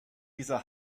dieser